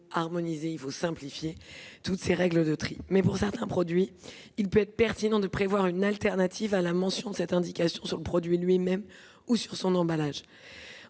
souvent d'harmoniser et de simplifier toutes ces règles. Mais, pour certains produits, il peut être pertinent de prévoir une alternative à la mention de cette indication sur le produit lui-même ou sur son emballage.